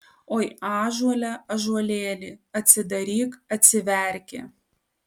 oi ąžuole ąžuolėli atsidaryk atsiverki